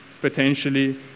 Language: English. potentially